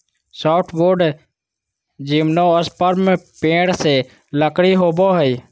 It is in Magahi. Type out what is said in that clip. सॉफ्टवुड जिम्नोस्पर्म पेड़ से लकड़ी होबो हइ